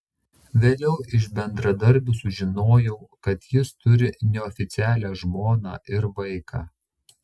vėliau iš bendradarbių sužinojau kad jis turi neoficialią žmoną ir vaiką